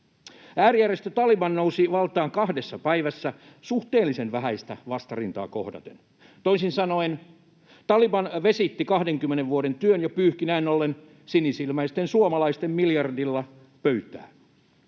Äärijärjestö Taliban nousi valtaan kahdessa päivässä suhteellisen vähäistä vastarintaa kohdaten. Toisin sanoen Taliban vesitti 20 vuoden työn ja pyyhki näin ollen sinisilmäisten suomalaisten miljardilla pöytää.